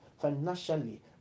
financially